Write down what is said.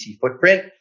footprint